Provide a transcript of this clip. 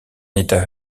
état